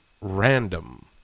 random